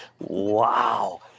Wow